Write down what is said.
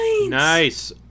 Nice